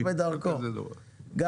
המשיח בדרכו לחדר חברים.